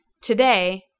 today